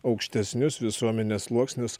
aukštesnius visuomenės sluoksnius